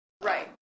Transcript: Right